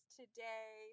today